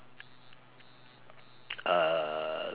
uh